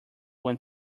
when